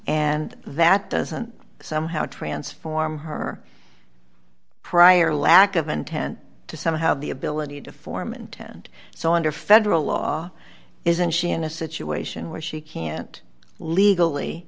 and that doesn't somehow transform her prior lack of intent to somehow the ability to form intent so under federal law isn't she in a situation where she can't legally